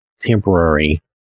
temporary